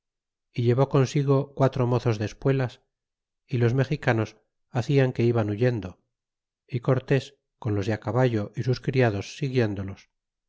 y llevó consigo quatro mozos de espuelas y los mexicanos hacian que iban huyendo y cortés con los de caballo y sus criados siguiéndolos